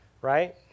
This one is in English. right